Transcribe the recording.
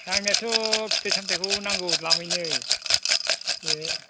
नांनायाथ' फिथाइ सामथाइखौ नांगौ द्लामैनो बे